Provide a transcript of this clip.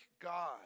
God